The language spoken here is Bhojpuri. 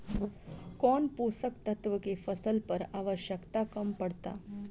कौन पोषक तत्व के फसल पर आवशयक्ता कम पड़ता?